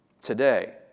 Today